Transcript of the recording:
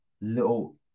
little